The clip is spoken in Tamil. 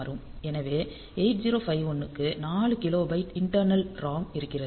எனவே 8051 க்கு 4 கிலோபைட் இண்டர்னல் ROM இருக்கிறது